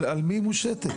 על מי היא מושתתת?